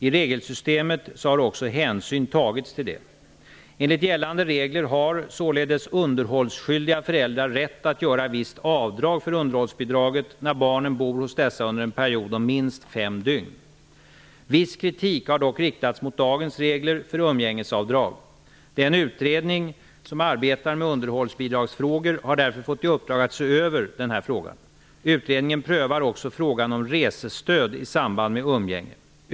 I regelsystemet har också hänsyn tagits till detta. Enligt gällande regler har således underhållsskyldiga föräldrar rätt att göra visst avdrag på underhållsbidraget när barnen bor hos dessa under en period om minst fem dygn. Viss kritik har dock riktats mot dagens regler för umgängesavdrag. Den utredning som arbetar med underhållsbidragsfrågor har därför fått i uppdrag att se över denna fråga. Utredningen prövar också frågan om resestöd i samband med umgänge.